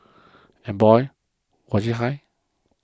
and boy was it high